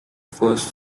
first